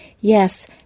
Yes